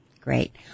Great